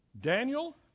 Daniel